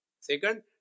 Second